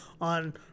on